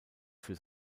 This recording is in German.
für